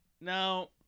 Now